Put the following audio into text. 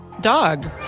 Dog